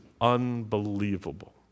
unbelievable